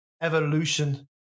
evolution